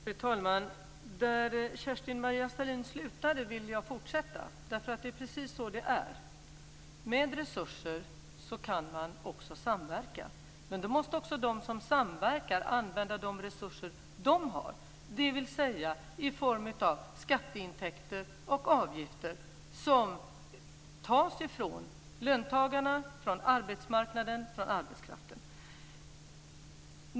Fru talman! Där Kerstin-Maria Stalin slutade vill jag fortsätta. Det är nämligen precis så det är: Med resurser kan man också samverka. Men då måste även de som samverkar använda de resurser de har, dvs. i form av skatteintäkter och avgifter som tas från löntagarna, från arbetsmarknaden och från arbetskraften.